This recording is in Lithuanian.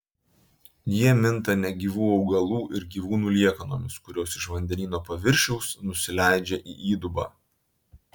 jie minta negyvų augalų ir gyvūnų liekanomis kurios iš vandenyno paviršiaus nusileidžia į įdubą